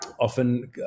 often